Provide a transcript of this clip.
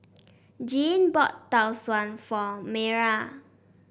Jeanne bought Tau Suan for Mayra